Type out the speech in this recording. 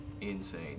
insane